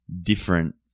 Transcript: different